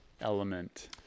element